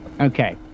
Okay